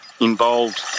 involved